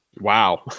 Wow